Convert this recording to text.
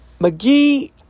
McGee